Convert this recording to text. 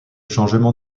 changement